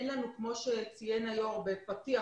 כמו שציין היושב ראש בפתיח,